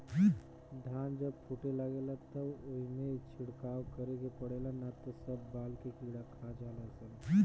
धान जब फूटे लागेला त ओइमे छिड़काव करे के पड़ेला ना त सब बाल के कीड़ा खा जाले सन